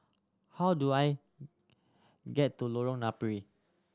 how do I get to Lorong Napiri